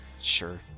Sure